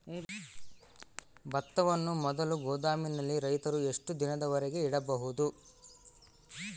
ಭತ್ತವನ್ನು ಮೊದಲು ಗೋದಾಮಿನಲ್ಲಿ ರೈತರು ಎಷ್ಟು ದಿನದವರೆಗೆ ಇಡಬಹುದು?